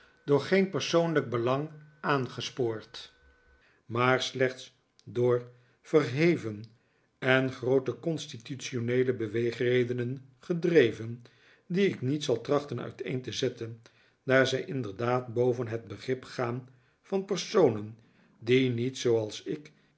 door geen persoonlijk belang aangespoord maar slechts door verheven en groote constitutioneele beweegredenen gedreven die ik niet zal trachten uiteen te zetten daar zij inderdaad boven het begrip gaan van personen die niet zooals ik